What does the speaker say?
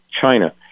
China